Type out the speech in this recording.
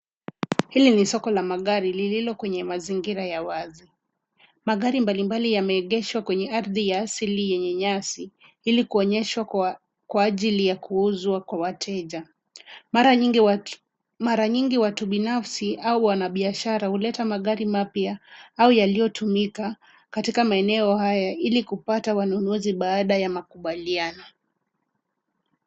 Hili ni soko la gari lililo kwenye mazingira ya wazi. Magari mbalimbali yameegeshwa kwenye ardhi ya asili yenye nyasi ili kuonyeshwa kwa ajili ya kuuzwa kwa wateja. Mara nyingi watu binafsi au wanabiashara huleta magari mapya au yaliyotumika katika maeneo haya, ili kupata wanunuzi baada ya makubaliano.